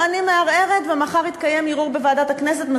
אני מערערת, ומחר יתקיים ערעור בוועדת הכנסת.